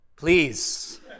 Please